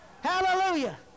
Hallelujah